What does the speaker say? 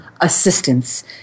assistance